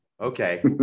okay